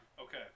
Okay